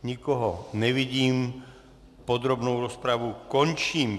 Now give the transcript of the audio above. Nikoho nevidím, podrobnou rozpravu končím.